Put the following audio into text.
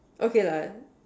okay lah